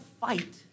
fight